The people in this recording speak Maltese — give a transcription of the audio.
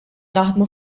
naħdmu